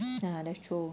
ya that's true